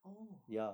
oh